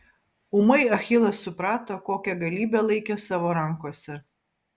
ūmai achilas suprato kokią galybę laikė savo rankose